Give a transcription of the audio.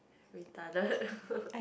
retarded